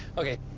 okay,